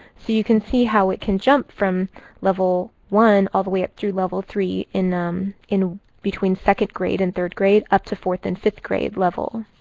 you can see how it can jump from level one all the way up through level three in um in between second grade and third grade up to fourth and fifth grade level.